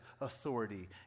authority